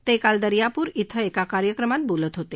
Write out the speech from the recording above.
ते काल दर्यापूर कें एका कार्यक्रमात बोलत होते